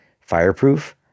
Fireproof